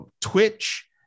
Twitch